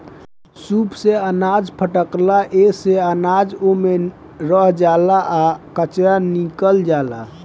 सूप से अनाज फटकाला एसे अनाज ओमे रह जाला आ कचरा निकल जाला